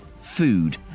food